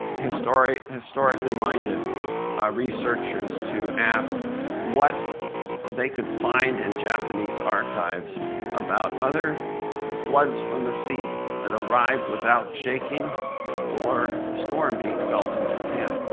historically historically minded researchers to ask what they could find in japanese archives about other floods from the sea that arrived without shaking or a storm being felt in japan.